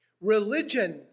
Religion